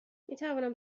میتوانم